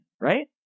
right